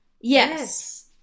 Yes